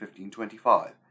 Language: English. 1525